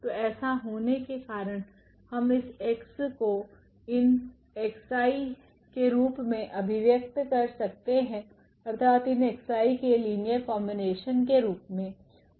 तो ऐसा होने के कारण हम इस x को इन xi's के रूप से अभिव्यक्त कर सकते है अर्थात इन xi's के लिनियर कॉम्बिनेशन के रूप मे